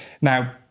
Now